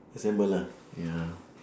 assemble lah ya